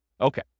Okay